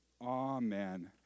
Amen